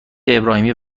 ابراهیمی